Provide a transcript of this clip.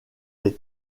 les